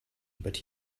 but